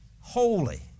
holy